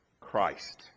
Christ